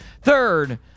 Third